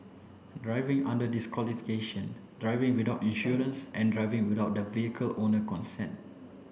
driving under disqualification driving without insurance and driving without the vehicle owner consent